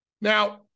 Now